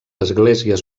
esglésies